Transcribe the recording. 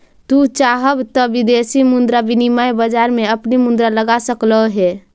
तू चाहव त विदेशी मुद्रा विनिमय बाजार में अपनी मुद्रा लगा सकलअ हे